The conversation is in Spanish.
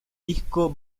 disco